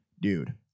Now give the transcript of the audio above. dude